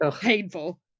painful